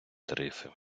тарифи